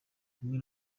rimwe